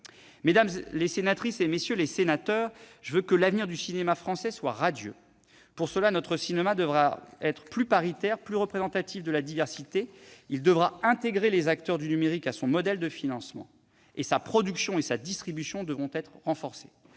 Mesdames, messieurs les sénateurs, je veux que l'avenir du cinéma français soit radieux. Pour cela, notre cinéma devra être plus paritaire, plus représentatif de la diversité. Il devra intégrer les acteurs du numérique à son modèle de financement, et sa production et sa distribution devront être renforcées.